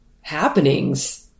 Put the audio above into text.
happenings